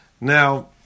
Now